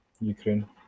Ukraine